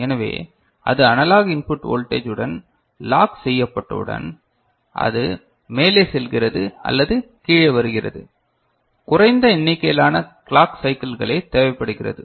எனவே அது analogue input voltage உடன் லாக் செய்யப்பட்டவுடன் அதை மேலே செல்கிறது அல்லது கீழே வருகிறது குறைந்த எண்ணிக்கையிலான கிளாக் சைக்கிள்கலே தேவைப்படுகிறது